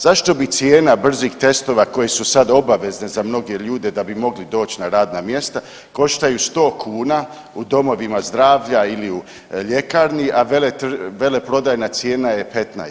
Zašto bi cijena brzih testova koji su sada obavezni za mnoge ljude da bi mogli doći na radna mjesta koštaju 100 kuna u domovima zdravlja ili u ljekarni, a veleprodajna cijena je 15?